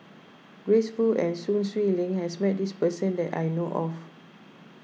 Grace Fu and Sun Xueling has met this person that I know of